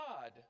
God